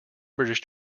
british